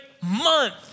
month